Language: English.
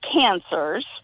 cancers